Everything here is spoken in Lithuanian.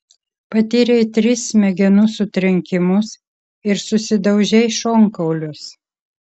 patyrei tris smegenų sutrenkimus ir susidaužei šonkaulius